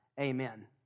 Amen